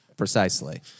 Precisely